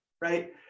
right